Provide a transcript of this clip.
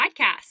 Podcast